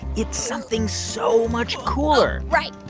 it's something so much cooler right.